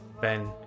Ben